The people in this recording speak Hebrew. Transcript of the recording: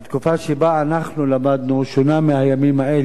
התקופה שבה אנחנו למדנו שונה מהימים האלה.